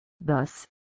Thus